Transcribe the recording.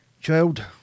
Child